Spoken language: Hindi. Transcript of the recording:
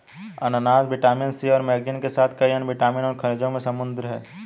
अनन्नास विटामिन सी और मैंगनीज के साथ कई अन्य विटामिन और खनिजों में समृद्ध हैं